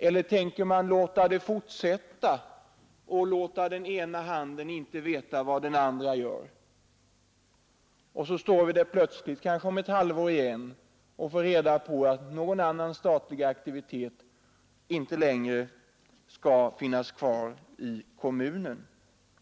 Eller tänker man fortsätta att låta den ena handen inte veta vad den andra gör? Och så står vi där plötsligt — kanske om ett halvår igen — och får reda på att någon annan statlig aktivitet inte längre skall finnas kvar i kommunen.